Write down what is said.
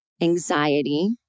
anxiety